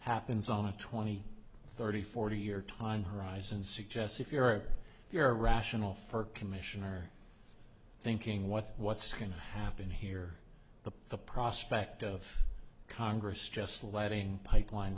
happens on a twenty thirty forty year time horizon suggests if you're in your rational for commissioner thinking what what's going to happen here the prospect of congress just letting pipeline